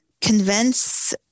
convince